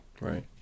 Right